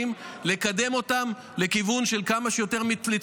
--- הוא צמח ב-50% בשנה האחרונה,